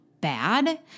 bad